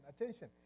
attention